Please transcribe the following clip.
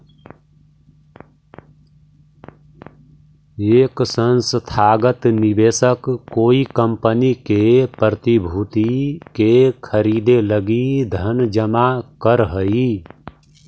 एक संस्थागत निवेशक कोई कंपनी के प्रतिभूति के खरीदे लगी धन जमा करऽ हई